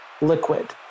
liquid